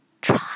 try